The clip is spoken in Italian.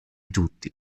tutti